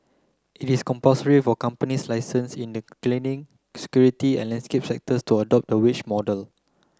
it is compulsory for companies licensed in the cleaning security and landscape sectors to adopt the wage model